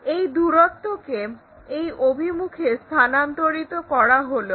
এই দূরত্বকে এই অভিমুখে স্থানান্তরিত করা হলো